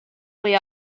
way